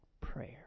prayer